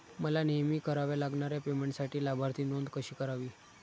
मला नेहमी कराव्या लागणाऱ्या पेमेंटसाठी लाभार्थी नोंद कशी करावी?